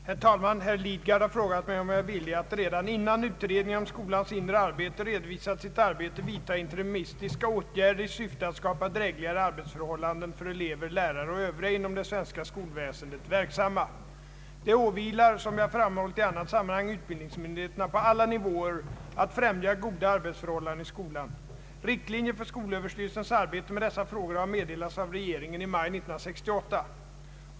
Herr talman! Herr Lidgard har frågat mig, om jag är villig att, redan innan utredningen om skolans inre arbete redovisat sitt arbete, vidta interimistiska åtgärder i syfte att skapa drägligare arbetsförhållanden för elever, lärare och övriga inom det svenska skolväsendet verksamma. Det åvilar — som jag framhållit i annat sammanhang — utbildningsmyndig heterna på alla nivåer att främja goda arbetsförhållanden i skolan. Riktlinjer för skolöverstyrelsens arbete med dessa frågor har meddelats av regeringen i maj 1968.